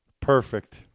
Perfect